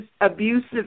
abusive